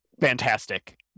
fantastic